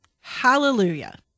Hallelujah